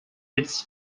its